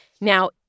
Now